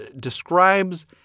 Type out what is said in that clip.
describes